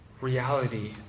reality